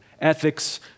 ethics